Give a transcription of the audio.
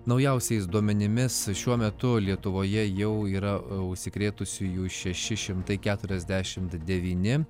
naujausiais duomenimis šiuo metu lietuvoje jau yra užsikrėtusiųjų šeši šimtai keturiasdešimt devyni